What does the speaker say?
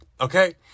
Okay